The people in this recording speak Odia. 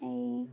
ଏଇ